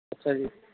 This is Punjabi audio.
ਅੱਛਾ ਜੀ